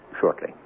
shortly